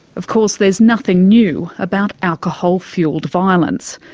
of course, there's nothing new about alcohol-fuelled violence.